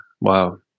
Wow